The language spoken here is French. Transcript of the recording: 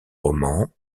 roman